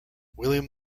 william